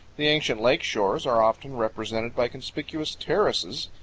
the ancient lake shores are often represented by conspicuous terraces,